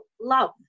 love